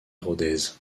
rodez